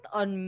on